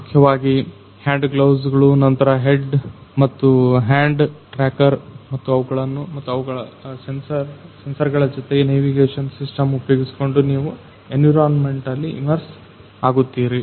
ಮುಖ್ಯವಾಗಿ ಹ್ಯಾಂಡ್ ಗ್ಲೌಸ್ಗಳು ನಂತರ ಹೆಡ್ ಮತ್ತು ಹ್ಯಾಂಡ್ ಟ್ರ್ಯಾಕರ್ ಮತ್ತು ಅವುಗಳನ್ನ ಮತ್ತು ಸೆನ್ಸರ್ಗಳ ಜೊತೆ ನೆವಿಗೇಷನ್ ಸಿಸ್ಟಮ್ ಉಪಯೋಗಿಸಿಕೊಂಡು ನೀವು ಎನ್ವಿರಾನ್ಮೆಂಟ್ನಲ್ಲಿ ಇಮೆರ್ಸ್ ಆಗತ್ತೀರಿ